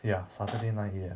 ya saturday nine A_M